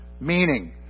Meaning